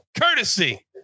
courtesy